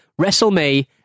WrestleMe